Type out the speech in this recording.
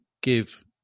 give